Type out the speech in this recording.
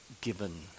given